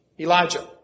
Elijah